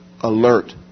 alert